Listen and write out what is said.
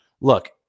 Look